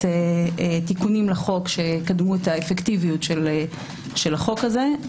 תיקונים לחוק שיקדמו את האפקטיביות של החוק הזה.